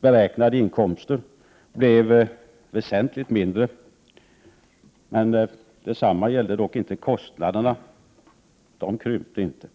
Beräknade inkomster blev väsentligt mindre, men detsamma gällde inte kostnaderna, som inte krympte.